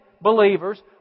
believers